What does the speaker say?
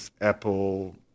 Apple